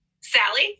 Sally